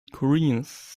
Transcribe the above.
koreans